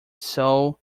soul